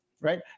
right